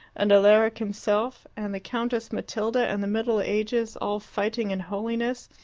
and alaric himself, and the countess matilda, and the middle ages, all fighting and holiness,